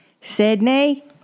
Sydney